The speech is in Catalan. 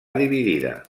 dividida